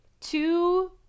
two